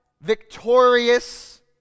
victorious